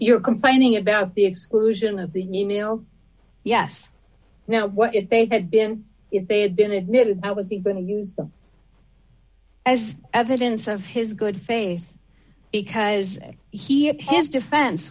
you're complaining about the exclusion of the new nails yes now what if they had been if they had been admitted that was the been to use them as evidence of his good face because he had his defense